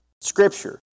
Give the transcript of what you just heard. scripture